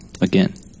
again